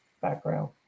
background